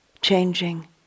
changing